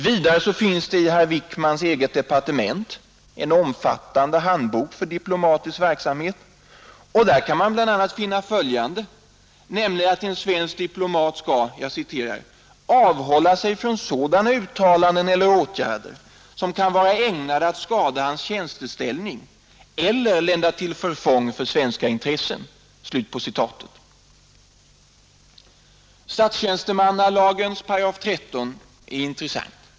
Vidare finns det i herr Wickmans eget departement en omfattande handbok för diplomatisk verksamhet där man bl.a. kan finna följande, nämligen att en svensk diplomat skall ”avhålla sig från sådana uttalanden eller åtgärder som kan vara ägnade att skada hans tjänsteställning eller lända till förfång för svenska intressen”. Statstjänstemannalagens 13 § är intressant.